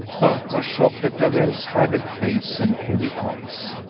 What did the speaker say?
both were shocked at darrell's haggard face and heavy eyes,